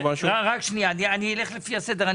אני אלך לפי הסדר.